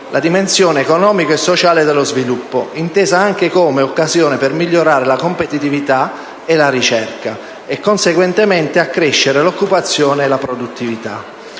la dimensione economica e sociale dello sviluppo, intesa come occasione per migliorare la competitività e la ricerca e, conseguentemente, accrescere l'occupazione e la produttività.